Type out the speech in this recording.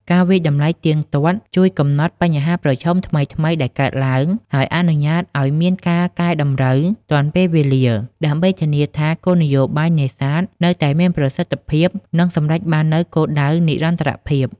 ការវាយតម្លៃទៀងទាត់ជួយកំណត់បញ្ហាប្រឈមថ្មីៗដែលកើតឡើង ហើយអនុញ្ញាតឲ្យមានការកែតម្រូវទាន់ពេលវេលា ដើម្បីធានាថាគោលនយោបាយនេសាទនៅតែមានប្រសិទ្ធភាព និងសម្រេចបាននូវគោលដៅនិរន្តរភាព។